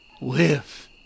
Live